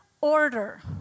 order